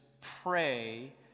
pray